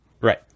Right